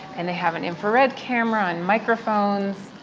and they have an infrared camera and microphones.